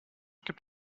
gibt